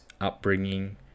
upbringing